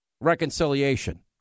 reconciliation